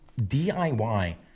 DIY